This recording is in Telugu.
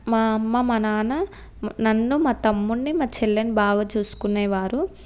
మా అమ్మ మా నాన్న నన్ను మా తమ్మున్ని మా చెల్లిని బాగా చూసుకునేవారు